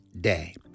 day